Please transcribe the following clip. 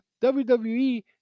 WWE